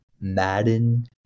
Madden